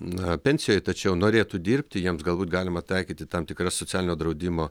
na pensijoj tačiau norėtų dirbti jiems galbūt galima taikyti tam tikras socialinio draudimo